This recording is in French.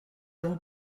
vous